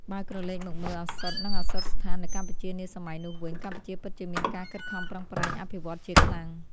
បើក្រឡេកមកមើល ឱសថ និងឱសថស្ថាននៅកម្ពុជានាសម័យនោះវិញ កម្ពុជាពិតជាមានការខិតខំប្រឹងប្រែងអភិវឌ្ឍន៍ជាខ្លាំង។